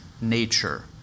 nature